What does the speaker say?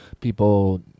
people